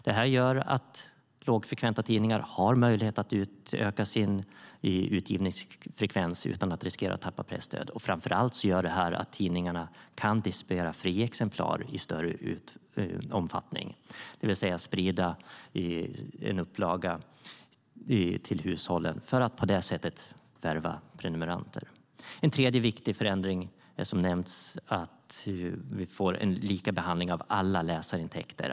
Det gör att lågfrekventa tidningar har möjlighet att utöka sin utgivningsfrekvens utan att riskera att tappa presstöd, och framför allt gör det att tidningarna kan distribuera friexemplar i större omfattning, det vill säga sprida en upplaga till hushållen för att på det sättet värva prenumeranter. En tredje viktig förändring är som nämnts att vi får en likabehandling av alla läsarintäkter.